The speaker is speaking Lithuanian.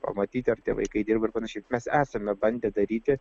pamatyti ar tie vaikai dirba ir panašiai mes esame bandę daryti